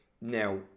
Now